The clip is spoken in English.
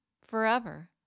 forever